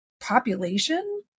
population